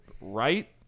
right